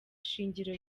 shingiro